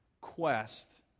quest